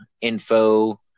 info